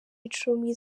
icumi